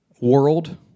world